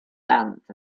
dant